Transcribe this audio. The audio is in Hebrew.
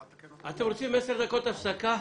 בבקשה.